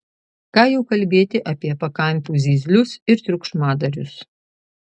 ką jau kalbėti apie pakampių zyzlius ir triukšmadarius